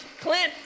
Clint